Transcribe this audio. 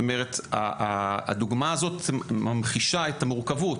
זאת אומרת, הדוגמא הזאת ממחישה את המורכבות.